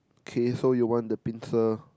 okay so you want the pincer